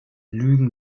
lügen